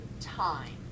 time